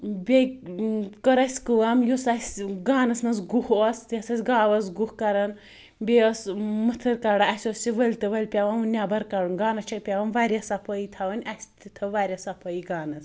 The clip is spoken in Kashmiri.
بیٚیہِ کٔر اسہِ کٲم یُس اسہِ گانَس منٛز گُہہ اوٗس تہِ یۄس اسہِ گاو ٲسۍ گُہہ کَران بیٚیہِ ٲس مٕتھٕر کَران اسہِ اوٗس یہِ ؤلۍ تہِ ؤلۍ پیٚوان نیٚبَر کَڑُن گانَس چھِ پیٚوان واریاہ صفٲیی تھاوٕنۍ اسہِ تہِ تھٲو واریاہ صفٲیی گانَس